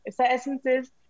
essences